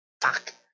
Fuck